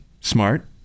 smart